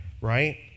Right